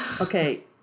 Okay